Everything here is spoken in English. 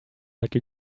like